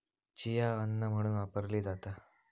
chia अन्न म्हणून वापरली जाता